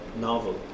novel